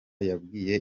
yabwiye